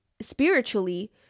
spiritually